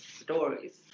stories